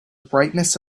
brightness